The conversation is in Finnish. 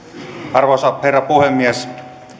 arvoisa herra puhemies